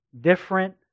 different